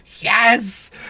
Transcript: yes